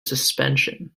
suspension